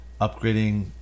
upgrading